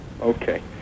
Okay